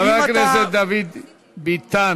חברי הכנסת דוד ביטן,